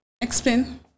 Explain